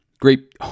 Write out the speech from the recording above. great